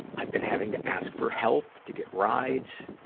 i've been having to ask for help, to get rides.